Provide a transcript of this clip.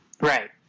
Right